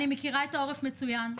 אני מכירה את העורף מצוין.